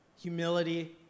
humility